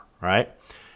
right